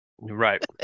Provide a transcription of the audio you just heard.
Right